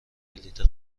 بلیط